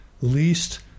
least